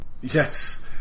Yes